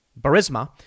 Barisma